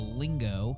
lingo